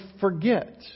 forget